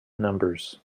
numbers